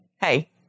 hey